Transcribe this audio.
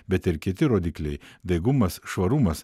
bet ir kiti rodikliai daigumas švarumas